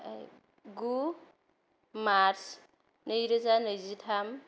आमफाय गु मार्च नै रोजा नैजिथाम